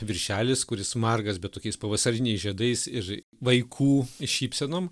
viršelis kuris margas bet tokiais pavasariniais žiedais ir vaikų šypsenom